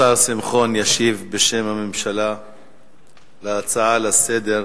השר שמחון ישיב בשם הממשלה להצעה לסדר,